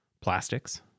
plastics